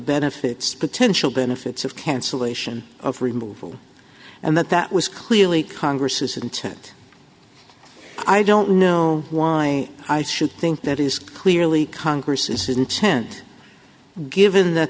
benefits potential benefits of cancellation of removal and that that was clearly congress's intent i don't know why i should think that is clearly congress's intent given that